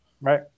Right